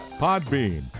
Podbean